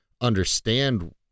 understand